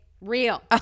Real